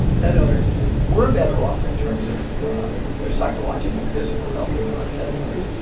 pet owners were better off in terms of their psychological and physical health than non-pet owners.